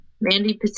Mandy